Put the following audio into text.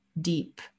deep